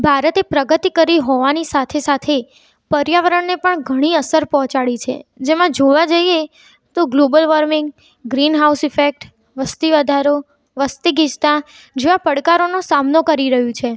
ભારતે પ્રગતિ કરી હોવાની સાથે સાથે પર્યાવરણને પણ ઘણી અસર પહોંચાડી છે જેમાં જોવા જઈએ તો global warming greenhouse effect વસ્તી વધારો વસ્તીગીચતા જેવા પડકારોનો સામનો કરી રહ્યું છે